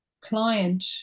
client